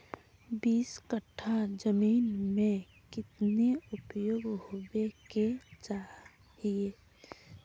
बीस कट्ठा जमीन में कितने उपज होबे के चाहिए?